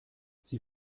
sie